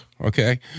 Okay